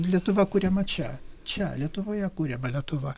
lietuva kuriama čia čia lietuvoje kuriama lietuva